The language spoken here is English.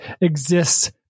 exists